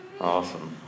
Awesome